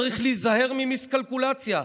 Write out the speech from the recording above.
צריך להיזהר ממיסקלקולציה".